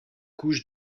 couche